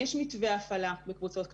יש מתווה הפעלה בקבוצות קטנות,